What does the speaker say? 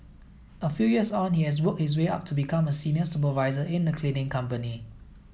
a few years on he has worked his way up to become a senior supervisor in a cleaning company